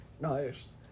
nice